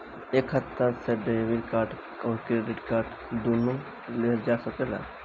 एक खाता से डेबिट कार्ड और क्रेडिट कार्ड दुनु लेहल जा सकेला?